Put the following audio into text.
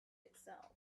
itself